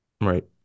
Right